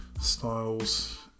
styles